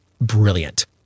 brilliant